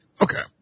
Okay